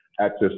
access